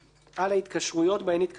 על ההתקשרויות בהן התקשרה,